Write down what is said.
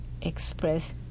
express